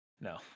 No